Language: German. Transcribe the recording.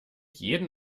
jeden